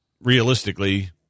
realistically